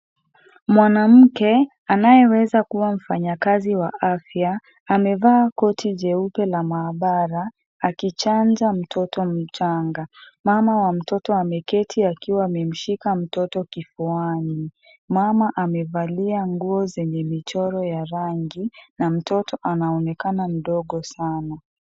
Mwanamke anayeweza kuwa mfanyakazi wa afya, amevaa koti jeupe la maabara akichanja mtoto mchanga. Mama wa mtoto ameketi akiwa amemshika mtoto kifuani. Mama amevalia nguo zenye michoro ya rangi na mtoto anaonekana mdogo sana.